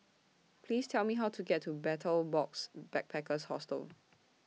Please Tell Me How to get to Betel Box Backpackers Hostel